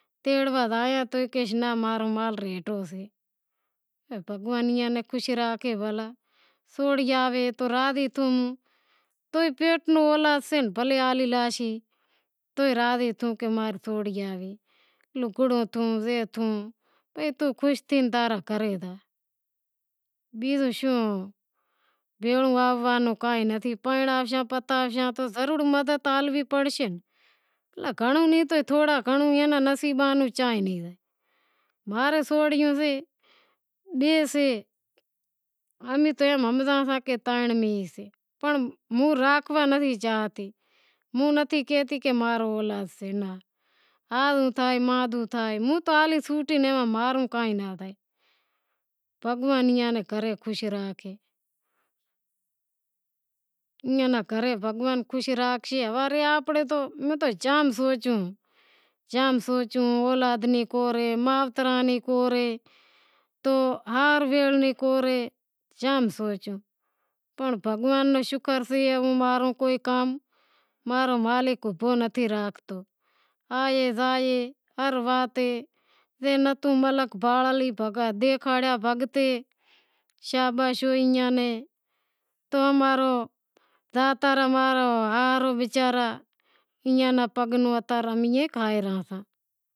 تیڑوا زائیں تو کہیں ناں ماں رو مال بیٹھو سے بھگوان ایئاں نی خوش راکھے بھلے تو ئی پیٹ نو اولاد سے تو ئے راضی تھے کہ ماں رو اولاد سے لگڑو تھیو کہ بیزو شوں بھیڑے آواں نو کہاں ئی نتھی گھنڑو نیں تو تھوڑا گھنڑو ایئے نی نصیباں روں چاں ئی نیں، ماں روں سوریوں سے امیں تو ہمزاساں پنڑ ہوں راکھوا نتھی چاہتی، ہوں نتھی کہتی کہ مادہو تھے ماں رو کائیں ناں تھائے ماں رو اولاد سے، ہال تھایئاں نی بھگوان خوش راکھے ہوارے آنپڑے تو جام سوچوں، جام سوچوں اولاد نی کور اے، مائتراں نی کور اے تو ہار ویر نی کور اے پنڑ بھگوان نو شکر سے ماں روں کوئی کام ماں رو مالک نتھی راکھتو، آئے زائے ہر وات دیکھاڑا بھاگتے شاباس ہائے ایئاں نیں، زاتا را ہاہرا وچارا